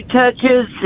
touches